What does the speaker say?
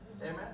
Amen